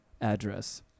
address